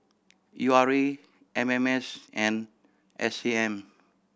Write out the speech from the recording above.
U R A M M S and S A M